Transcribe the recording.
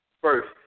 First